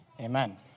Amen